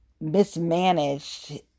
mismanaged